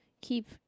keep